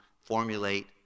formulate